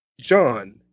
John